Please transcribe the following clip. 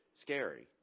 scary